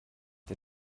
der